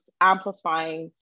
amplifying